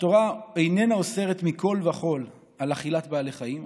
התורה איננה אוסרת מכול וכול על אכילת בעלי חיים,